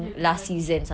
dia mati